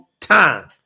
time